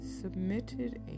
submitted